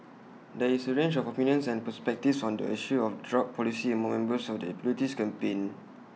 there is A range of opinions and perspectives on the issue of drug policy among members of the abolitionist campaign